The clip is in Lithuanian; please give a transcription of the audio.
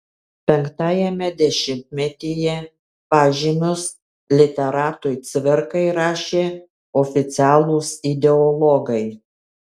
penktajame dešimtmetyje pažymius literatui cvirkai rašė oficialūs ideologai